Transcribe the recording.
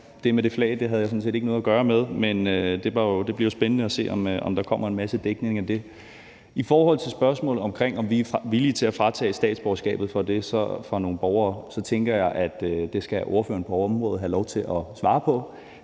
det med det flag havde jeg sådan set ikke noget at gøre med, men det bliver jo spændende at se, om der kommer en masse dækning af det. I forhold til spørgsmålet om, om vi er villige til at fratage statsborgerskabet fra nogle borgere, tænker jeg, at det skal ordføreren på området have lov til at svare på.